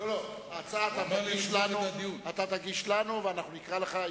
אתה תגיש לנו ואנחנו נקרא לך.